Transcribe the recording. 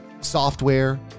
software